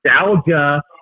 nostalgia